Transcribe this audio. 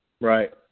Right